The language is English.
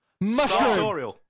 Mushroom